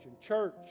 Church